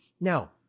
Now